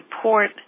support